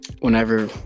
Whenever